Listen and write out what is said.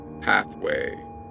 pathway